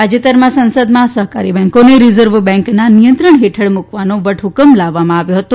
તાજેતરમાં સંસદમાં સહકારી બેન્કોને રીઝર્વ બેન્કના નિયંત્રણ હેઠળ મૂકવાનો વટહૂકમ લાવવામાં આવ્યો હતો